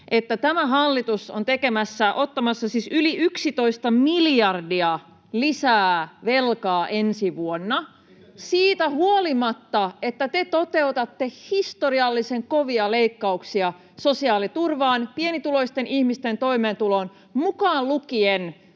että tämä hallitus on ottamassa lisää velkaa yli 11 miljardia ensi vuonna, [Ben Zyskowicz: Sekö teitä kauhistuttaa?] siitä huolimatta, että te toteutatte historiallisen kovia leikkauksia sosiaaliturvaan, pienituloisten ihmisten toimeentuloon, mukaan lukien